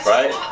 Right